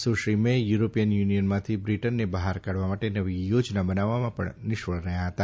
સુશ્રી May European યુનિયનમાંથી બ્રિટનને બહાર કાઢવા માટે નવી યોજના બનાવવામાં પણ નિષ્ફળ રહ્યા હતા